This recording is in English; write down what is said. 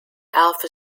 alpha